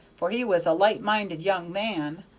for he was a light-minded young man.